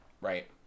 Right